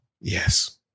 Yes